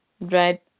right